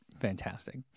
fantastic